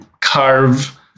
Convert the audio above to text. carve